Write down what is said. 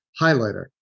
highlighter